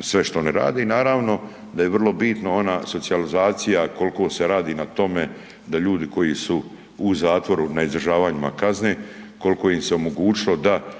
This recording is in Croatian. sve što oni rade i naravno da je vrlo bitna ona socijalizacija koliko se radi na tome da ljudi koji su u zatvoru na izdržavanjima kazne koliko im se omogućilo da